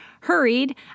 hurried